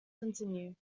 continue